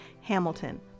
Hamilton